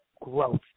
growth